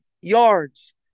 yards